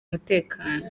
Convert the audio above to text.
umutekano